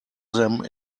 them